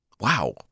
Wow